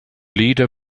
leader